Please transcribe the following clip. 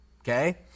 okay